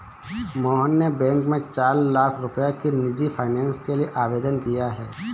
मोहन ने बैंक में चार लाख रुपए की निजी फ़ाइनेंस के लिए आवेदन किया है